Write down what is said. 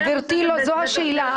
גברתי, זאת לא השאלה.